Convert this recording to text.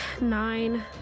Nine